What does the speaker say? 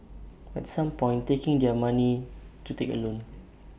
at some point taking their money to take A loan